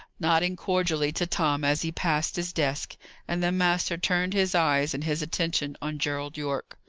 nodding cordially to tom as he passed his desk and the master turned his eyes and his attention on gerald yorke.